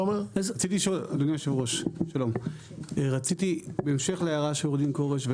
אדוני היושב ראש שלום רציתי בהמשך להערה של עו"ד כורש,